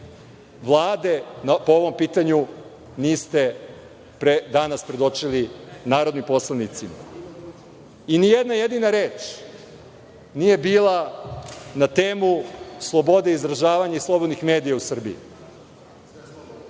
Vlade po ovom pitanju niste danas predočili narodnim poslanicima i ni jedna jedina reč nije bila na temu slobode izražavanja i slobodnih medija u Srbiji.